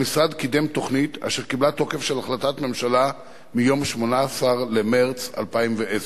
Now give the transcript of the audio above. המשרד קידם תוכנית אשר קיבלה תוקף של החלטת ממשלה מיום 18 במרס 2010,